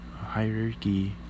hierarchy